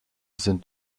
sind